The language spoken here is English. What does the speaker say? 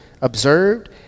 observed